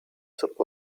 zip